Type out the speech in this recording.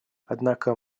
однако